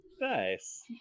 Nice